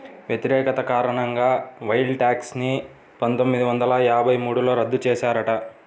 వ్యతిరేకత కారణంగా wealth tax ని పందొమ్మిది వందల యాభై మూడులో రద్దు చేశారట